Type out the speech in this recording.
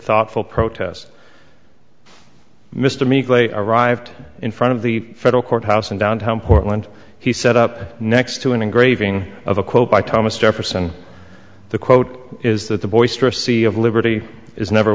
thoughtful protest mr meekly arrived in front of the federal courthouse in downtown portland he set up next to an engraving of a quote by thomas jefferson the quote is that the boisterous sea of liberty is never